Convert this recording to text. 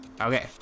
Okay